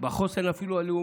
אפילו בחוסן הלאומי,